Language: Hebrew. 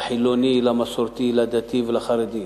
לחילוני, למסורתי, לדתי ולחרדי,